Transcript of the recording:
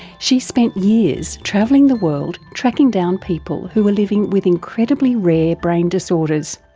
she spent years travelling the world tracking down people who are living with incredibly rare brain disorders,